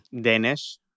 Danish